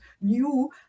new